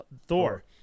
Thor